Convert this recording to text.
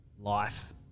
life